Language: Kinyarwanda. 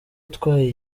utwaye